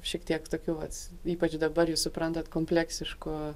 šiek tiek tokiu vat ypač dabar jūs suprantat kompleksišku